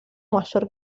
mayor